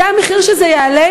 זה המחיר שזה יעלה?